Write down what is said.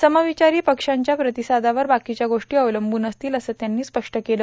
समविचारी पक्षांच्या प्रतिसादावर बाकीच्या गोष्टी अवलंबून असतील असं त्यांनी स्पष्ट केलं